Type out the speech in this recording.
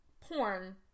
porn